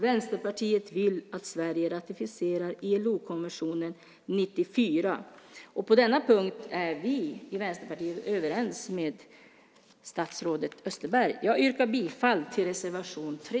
Vänsterpartiet vill att Sverige ratificerar ILO-konvention 94. På denna punkt är vi i Vänsterpartiet överens med statsrådet Österberg. Jag yrkar bifall till reservation 3.